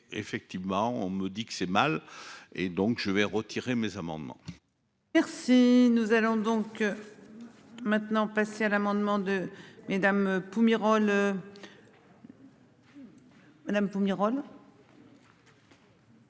effectivement on me dit que c'est mal et donc je vais retirer mes amendements.-- Merci, nous allons donc. Maintenant passer à l'amendement de madame Pumerole.-- Madame Pumerole.